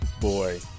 boy